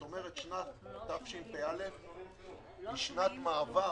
שנת תשפ"א היא שנת מעבר